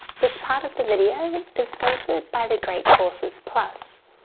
this part of the video is sponsored by the great courses plus.